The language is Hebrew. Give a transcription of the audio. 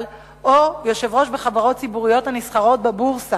או יושב-ראש בחברות ציבוריות הנסחרות בבורסה,